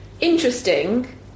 interesting